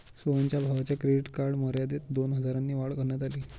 सोहनच्या भावाच्या credit card मर्यादेत दोन हजारांनी वाढ करण्यात आली